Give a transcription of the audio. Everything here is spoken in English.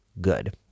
good